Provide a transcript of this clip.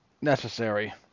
necessary